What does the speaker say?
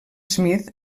smith